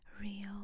real